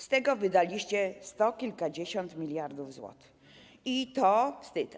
Z tego wydaliście sto kilkadziesiąt miliardów złotych - i to wstyd.